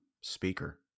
speaker